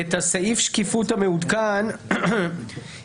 את סעיף השקיפות המעודכן הקראנו,